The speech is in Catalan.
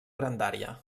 grandària